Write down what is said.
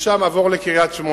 משם עבור לקריית-שמונה,